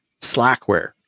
Slackware